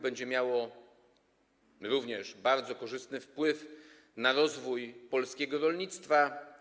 Będzie to również miało bardzo korzystny wpływ na rozwój polskiego rolnictwa.